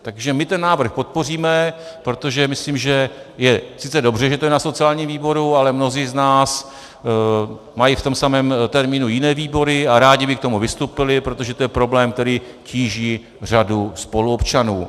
Takže my ten návrh podpoříme, protože si myslím, že je sice dobře, že je to na sociálním výboru, ale mnozí z nás mají v tom samém termínu jiné výbory a rádi by k tomu vystoupili, protože je to problém, který tíží řadu spoluobčanů.